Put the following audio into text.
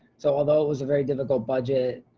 so although it was a very difficult budget,